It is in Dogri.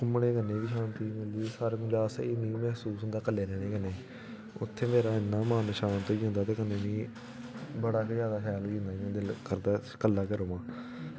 घूमने कल्ले रौह्ने कन्नै बी शांति मिलदी सारा दिन असेंगी नेईं मसूस होंदा कल रैहने कने उत्थे फिर इना मन शांत होई जंदा ते कन्नै मी बडा गै ज्यादा शैल लग्गी जंदा इयां दिल करदा कल्ला गै रवां